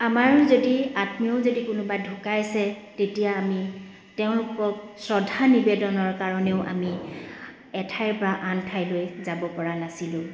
আমাৰো যদি আত্মীয়ও যদি কোনোবা ঢুকাইছে তেতিয়া আমি তেওঁলোকক শ্ৰদ্ধা নিবেদনৰ কাৰণেও আমি এঠাইৰ পৰা আন ঠাইলৈ যাব পৰা নাছিলোঁ